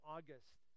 August